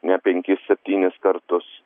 ne penkis septynis kartus